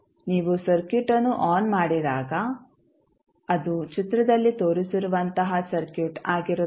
ನೀವು ಸರ್ಕ್ಯೂಟ್ ಅನ್ನು ಆನ್ ಮಾಡಿದಾಗ ಅದು ಚಿತ್ರದಲ್ಲಿ ತೋರಿಸಿರುವಂತಹ ಸರ್ಕ್ಯೂಟ್ ಆಗಿರುತ್ತದೆ